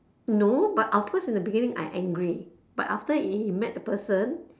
no but of course in the beginning I angry but after if met the person